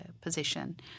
position